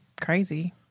crazy